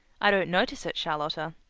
i don't notice it, charlotta.